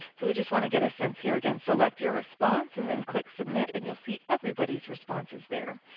so we just want to get a sense here. again, select your response and then click submit, and you will see everybody's responses there.